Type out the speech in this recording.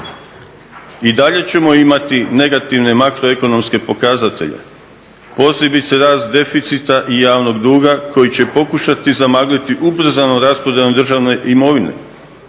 I dalje ćemo imati negativne makroekonomske pokazatelje, posebice rast deficita i javnog duga koji će pokušati zamagliti … rasprodajom države imovine